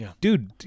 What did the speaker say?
dude